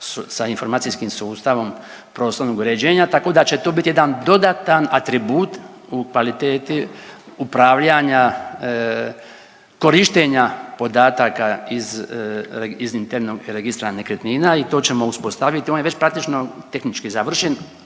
sa informacijskim sustavom prostornog uređenja, tako da će tu bit jedan dodatan atribut u kvaliteti upravljanja korištenja podataka iz internog registra nekretnina i to ćemo uspostaviti, on je već praktično tehnički završen,